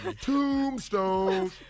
Tombstones